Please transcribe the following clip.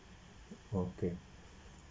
okay